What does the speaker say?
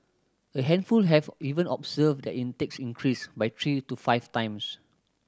a handful have even observed their intakes increase by three to five times